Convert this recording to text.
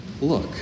look